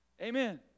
Amen